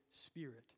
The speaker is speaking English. Spirit